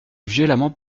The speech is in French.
violemment